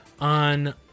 on